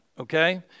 Okay